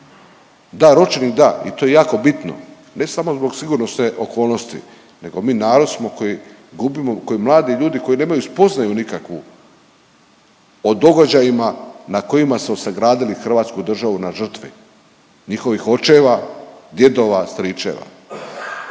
Da, ročnik da i to je jako bitno, ne samo zbog sigurnosne okolnosti nego mi narod smo koji gubimo koji mladi ljudi koji nemaju spoznaju nikakvu o događajima na kojima smo sagradili Hrvatsku državu na žrtvi, njihovih očeva, djedova, stričeva.